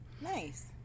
Nice